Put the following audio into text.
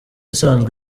isanzwe